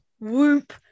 whoop